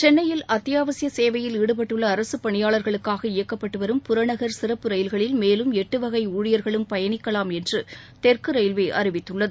சென்னையில் அத்தியாவசிய சேவையில் ஈடுபட்டுள்ள அரசுப் பணியாளர்களுக்காக இயக்கப்பட்டு வரும் புறநகர் சிறப்பு ரயில்களில் மேலும் எட்டுவகை ஊழியர்களும் பயணிக்கலாம் என்று தெற்கு ரயில்வே அறிவித்துள்ளது